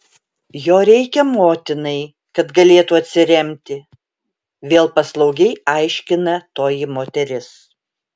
jo reikia motinai kad galėtų atsiremti vėl paslaugiai aiškina toji moteris